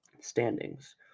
standings